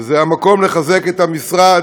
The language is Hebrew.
וזה המקום לחזק את המשרד,